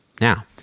Now